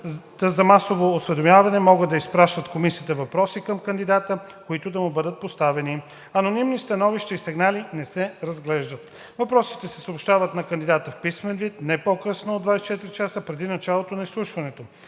за масово осведомяване могат да изпращат в комисията въпроси към кандидата, които да му бъдат поставени. Анонимни становища и сигнали не се разглеждат. Въпросите се съобщават на кандидатите в писмен вид не по-късно от 24 часа преди началото на изслушването.